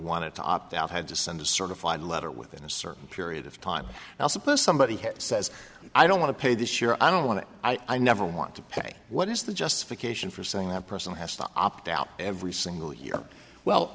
wanted to opt out had to send a certified letter within a certain period of time and i suppose somebody who says i don't want to pay this year i don't want to i never want to pay what is the justification for saying that person has to opt out every single year